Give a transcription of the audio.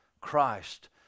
Christ